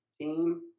team